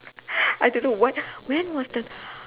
I don't know what when was the